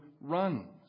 runs